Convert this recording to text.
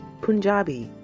Punjabi